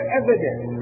evidence